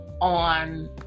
on